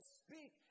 speak